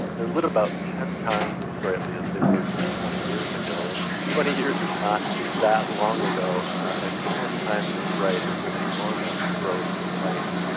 they are lit about ten times as brightly as they were just twenty years ago, and twenty but years is not that long ago, and ten times as bright is an enormous growth in light.